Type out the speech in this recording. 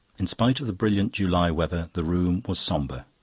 in spite of the brilliant july weather, the room was sombre.